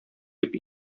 дип